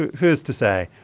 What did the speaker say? who's to say?